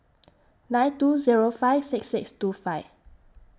nine two Zero five six six two five